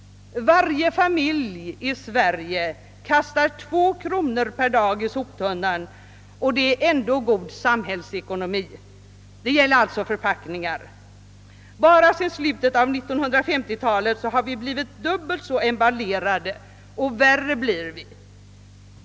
Varje familj i Sverige kastar två kronor per dag i soptunnan, och det är ändå god samhällsekonomi. Det gäller alltså förpackningar. Sedan slutet av 1950-talet har vi fått dubbelt så mycket emballage, och värre blir det.